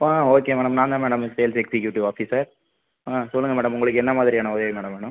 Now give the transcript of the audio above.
ஆ okay madam நான் தான் madam sales executive officer ஆ சொல்லுங்கள் மேடம் உங்களுக்கு என்ன மாதிரியான உதவி மேடம் வேணும்